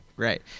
Right